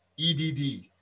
EDD